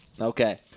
Okay